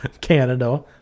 canada